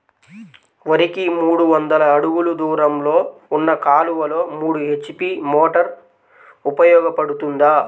వరికి మూడు వందల అడుగులు దూరంలో ఉన్న కాలువలో మూడు హెచ్.పీ మోటార్ ఉపయోగపడుతుందా?